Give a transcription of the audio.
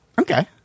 Okay